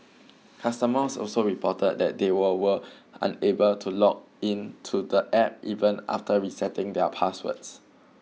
customers also reported that they were were unable to log in to the App even after resetting their passwords